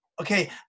Okay